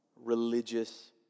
religious